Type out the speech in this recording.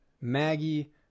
Maggie